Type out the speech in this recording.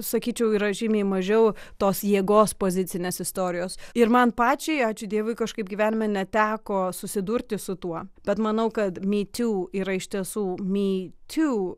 sakyčiau yra žymiai mažiau tos jėgos pozicinės istorijos ir man pačiai ačiū dievui kažkaip gyvenime neteko susidurti su tuo bet manau kad me too yra iš tiesų me too